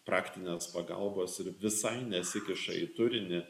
praktinės pagalbos ir visai nesikiša į turinį